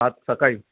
आज सकाळी